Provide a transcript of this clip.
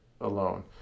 alone